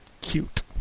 cute